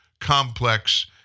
complex